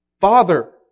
Father